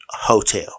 hotel